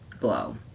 Glow